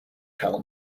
tell